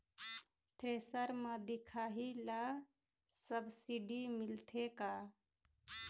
Thresher म दिखाही ला सब्सिडी मिलथे का?